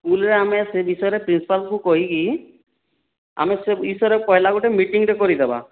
ସ୍କୁଲ୍ରେ ଆମେ ସେଇ ବିଷୟରେ ପ୍ରିନ୍ସିପାଲ୍ଙ୍କୁ କହିକି ଆମେ ସେ ବିଷୟରେ ପହିଲା ଗୋଟେ ମିଟିଂଟେ କରିଦେବା